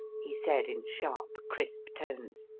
he said in sharp, crisp tones.